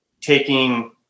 taking